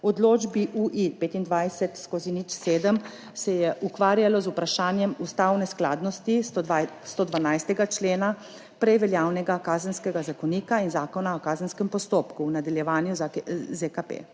odločbi U-I-25/07 se je ukvarjalo z vprašanjem ustavne skladnosti 112. člena prej veljavnega Kazenskega zakonika in Zakona o kazenskem postopku, v nadaljevanju ZKP,